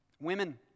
Women